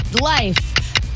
Life